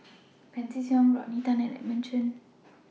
Pancy Seng Rodney Tan and Edmund Chen